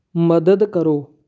ਮਦਦ ਕਰੋ